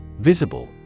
Visible